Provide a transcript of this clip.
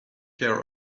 care